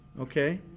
okay